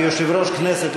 כיושב-ראש הכנסת,